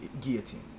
guillotine